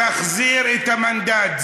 תחזיר את המנדט,